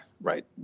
right